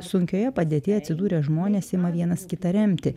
sunkioje padėtyje atsidūrę žmonės ima vienas kitą remti